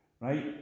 Right